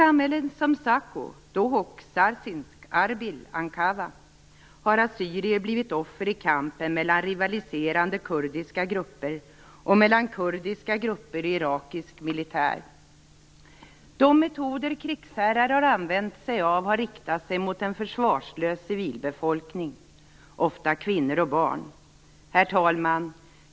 Ankawa har assyrier blivit offer i kampen mellan rivaliserande kurdiska grupper och mellan kurdiska grupper och irakisk militär. De metoder krigsherrar har använt sig av har riktat sig mot en försvarslös civilbefolkning, ofta kvinnor och barn. Herr talman!